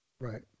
Right